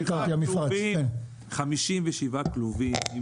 57 כלובים,